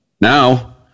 now